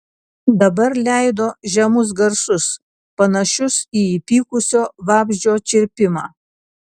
dabar leido žemus garsus panašius į įpykusio vabzdžio čirpimą